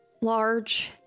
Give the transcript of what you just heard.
large